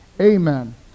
Amen